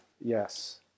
Yes